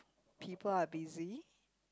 people are busy